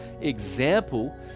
example